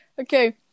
Okay